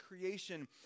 creation